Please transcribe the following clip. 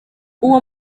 uwo